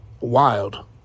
Wild